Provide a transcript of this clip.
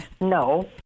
No